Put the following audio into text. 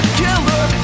killer